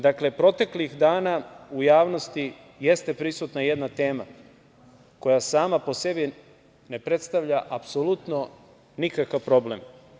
Dakle, proteklih dana u javnosti jeste prisutna jedna tema koja sama po sebi ne predstavlja apsolutno nikakav problem.